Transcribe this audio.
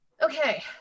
Okay